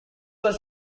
was